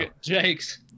Jakes